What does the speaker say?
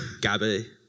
Gabby